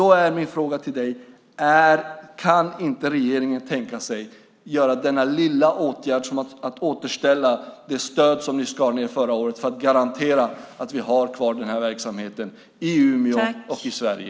Då är min fråga till dig: Kan inte regeringen tänka sig denna lilla åtgärd, att återställa det stöd som ni skar ned förra året, för att garantera att vi har kvar den här verksamheten i Umeå och Sverige.